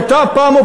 אני רוצה לומר,